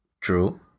true